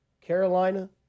Carolina